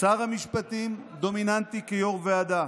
שר המשפטים דומיננטי כיו"ר ועדה.